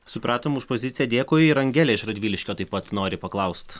supratom už poziciją dėkui ir angelė iš radviliškio taip pat nori paklaust